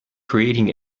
creating